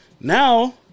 Now